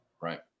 Right